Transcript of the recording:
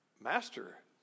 Master